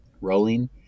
rolling